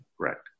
Correct